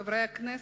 חברי הכנסת,